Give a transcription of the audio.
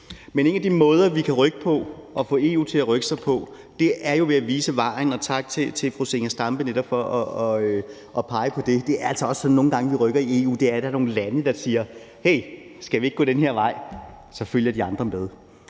Men en af de måder, vi kan rykke på og få EU til at rykke sig på, er jo ved at vise vejen, og tak til fru Zenia Stampe for netop at pege på det. Det er altså også sådan nogle gange, at når vi rykker i EU, er det, fordi der er nogle lande, der siger: Hey, skal vi ikke gå den her vej? Og så følger de andre med.